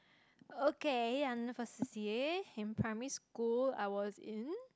okay under first C_C_A in primary school I was in